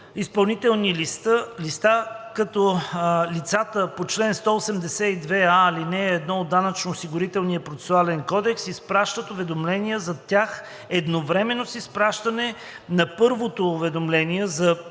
изпълнителни листа, като лицата по чл. 182а, ал. 1 от Данъчно-осигурителния процесуален кодекс изпращат уведомление за тях едновременно с изпращане на първото уведомление за предстоящо